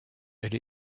elle